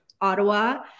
Ottawa